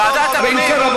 לא, לא, לא.